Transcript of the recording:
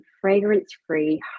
fragrance-free